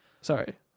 Sorry